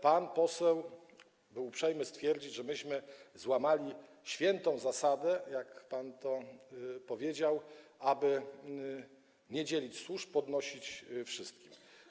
Pan poseł był uprzejmy stwierdzić, że myśmy złamali świętą zasadę, jak pan to powiedział, aby nie dzielić służb, podnosić wynagrodzenia wszystkim.